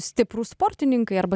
stiprūs sportininkai arba